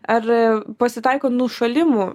ar pasitaiko nušalimų